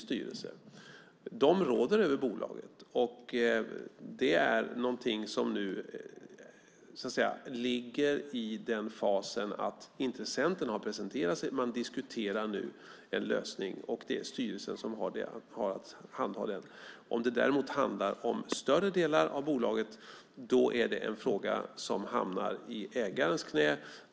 Styrelsen råder över bolaget. Nu är man i en fas där intressenten har presenterat sig. Man diskuterar en lösning, och det är styrelsen som har att handha den. Om det däremot handlar om större delar av bolaget hamnar frågan i ägarens knä.